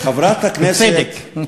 ובצדק.